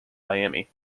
miami